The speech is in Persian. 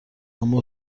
اما